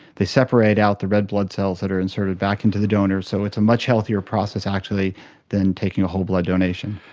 they separate out the red blood cells that are inserted back into the donor, so it's a much healthier process actually than taking a whole blood donation.